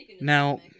Now